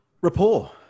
Rapport